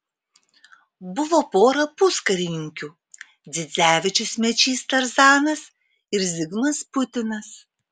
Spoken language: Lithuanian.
buvo pora puskarininkių dzidzevičius mečys tarzanas ir zigmas putinas